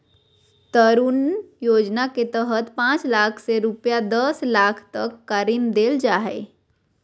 तरुण योजना के तहत पांच लाख से रूपये दस लाख तक का ऋण देल जा हइ